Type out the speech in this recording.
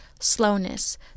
slowness